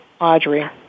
Audrey